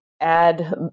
add